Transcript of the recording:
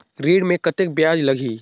ऋण मे कतेक ब्याज लगही?